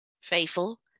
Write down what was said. Faithful